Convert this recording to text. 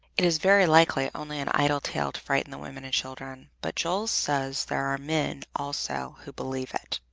it is very likely only an idle tale to frighten the women and children, but jules says there are men also who believe it.